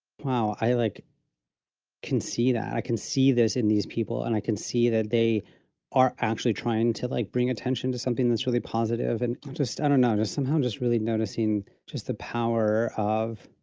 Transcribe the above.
wow, i like, i can see that i can see this in these people. and i can see that they are actually trying to, like, bring attention to something that's really positive. and just i don't notice somehow just really noticing just the power of,